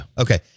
Okay